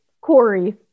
Corey